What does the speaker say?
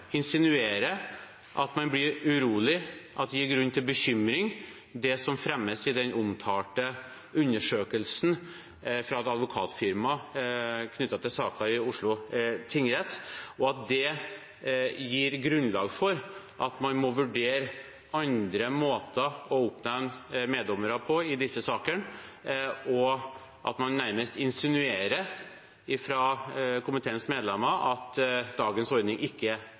at man blir urolig, at det som fremmes i den omtalte undersøkelsen fra et advokatfirma knyttet til saker i Oslo tingrett, gir grunn til bekymring, og at det gir grunnlag for at man må vurdere andre måter å oppnevne meddommere på i disse sakene. Noen av komiteens medlemmer insinuerer nærmest at dagens ordning ikke